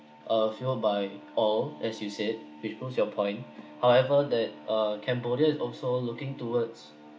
uh fuelled by oil as you said which proves your point however that uh cambodia is also looking towards